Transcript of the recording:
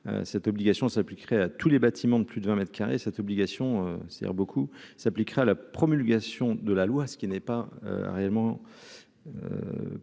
cette obligation s'appliquerait à tous les bâtiments de plus de 20 mètres carrés cette obligation, c'est-à-dire beaucoup s'appliquerait à la promulgation de la loi, ce qui n'est pas réellement